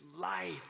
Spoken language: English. life